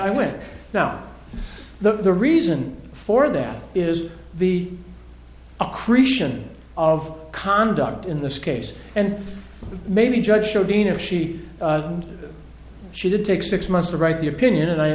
i win now the reason for that is the accretion of conduct in this case and maybe judge show being a she and she did take six months to write the opinion and i